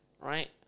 right